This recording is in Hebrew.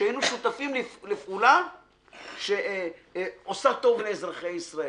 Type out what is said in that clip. שהיינו שותפים לפעולה שעושה טוב לאזרחי ישראל.